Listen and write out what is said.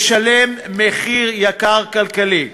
לשלם מחיר כלכלי יקר.